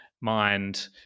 mind